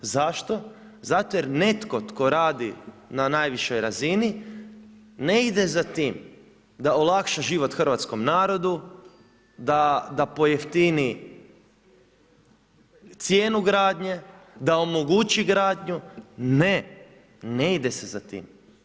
Zašto, zato jer netko tko radi na najvišoj razini ne ide za tim da olakša život hrvatskom narodu, da pojeftini cijenu gradnje, da omogući gradnju, ne, ne ide se za tim.